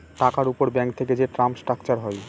টাকার উপর ব্যাঙ্ক থেকে যে টার্ম স্ট্রাকচার হয়